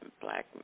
black